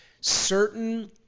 certain